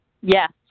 Yes